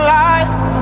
life